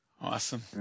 Awesome